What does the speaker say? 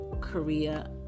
Korea